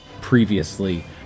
previously